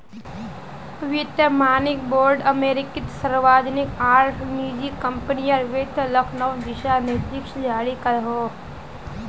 वित्तिय मानक बोर्ड अमेरिकात सार्वजनिक आर निजी क्म्पनीर वित्तिय लेखांकन दिशा निर्देशोक जारी करोहो